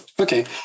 Okay